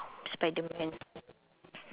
spiderman